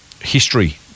history